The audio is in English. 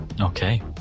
Okay